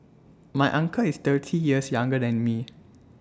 my uncle is thirty years younger than me